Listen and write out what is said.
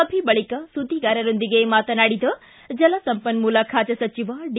ಸಭೆ ಬಳಕ ಸುದ್ದಿಗಾರರೊಂದಿಗೆ ಮಾತನಾಡಿದ ಜಲಸಂಪನ್ನೂಲ ಖಾತೆ ಸಚಿವ ಡಿ